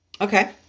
Okay